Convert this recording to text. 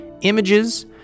Images